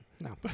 no